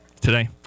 today